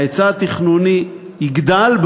ההיצע התכנוני יגדל,